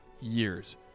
years